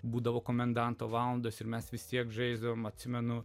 būdavo komendanto valandos ir mes vis tiek žaisdavome atsimenu